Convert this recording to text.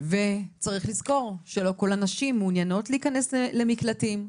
וצריך לזכור שלא כל הנשים מעוניינות להיכנס למקלטים,